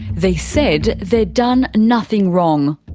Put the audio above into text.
they said they'd done nothing wrong.